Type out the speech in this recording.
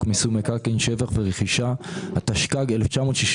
מיסוי מקרקעין (שבח ורכישה) התשכ"ג-1963,